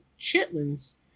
chitlins